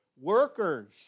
Workers